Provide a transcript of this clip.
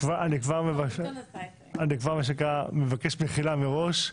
אני כבר מבקש מחילה מראש,